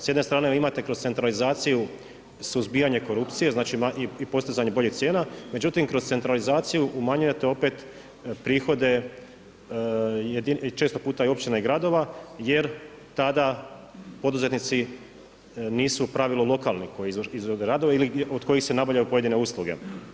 S jedne strane vi imate kroz centralizaciju suzbijanje korupcije, znači i postizanje boljih cijena, međutim kroz centralizaciju umanjujete opet prihode često puta općina i gradova jer tada poduzetnici nisu u pravilu lokalni koji izvode radove ili od kojih se nabavljaju pojedine usluge.